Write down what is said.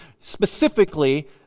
specifically